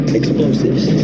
explosives